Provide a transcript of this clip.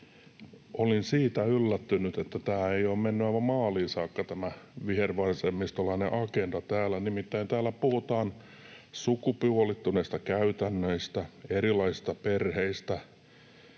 olin siitä yllättynyt, että tämä vihervasemmistolainen agenda ei ole mennyt täällä aivan maaliin saakka. Nimittäin täällä puhutaan sukupuolittuneista käytännöistä, erilaisista perheistä.